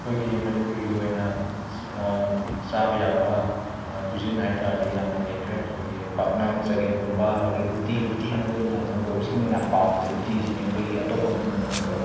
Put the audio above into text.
ꯑꯩꯈꯣꯏꯒꯤ ꯃꯅꯤꯄꯨꯔꯒꯤ ꯑꯣꯏꯅ ꯆꯥꯕ ꯌꯥꯕ ꯀꯨꯏꯖꯤꯟ ꯍꯥꯏꯕ ꯇꯥꯔꯗꯤ ꯌꯥꯝꯅ ꯂꯩꯈ꯭ꯔꯦ ꯑꯩꯈꯣꯏꯒꯤ ꯄꯥꯛꯅꯝ ꯆꯒꯦꯝꯄꯣꯝꯕ ꯑꯗꯨꯗꯒꯤ ꯎꯇꯤ ꯎꯇꯤ ꯃꯔꯨꯑꯣꯏꯅ ꯂꯝ ꯀꯣꯏꯕꯁꯤꯡꯅ ꯌꯥꯝꯅ ꯄꯥꯝꯕꯁꯦ ꯎꯇꯤꯁꯤꯅꯤ ꯑꯩꯈꯣꯏꯒꯤ ꯑꯇꯣꯞꯄ ꯃꯐꯝꯗ ꯐꯪꯗꯕ